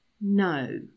no